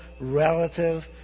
relative